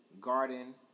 Garden